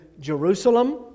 Jerusalem